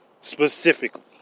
specifically